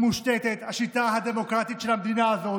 מושתתת השיטה הדמוקרטית של המדינה הזאת,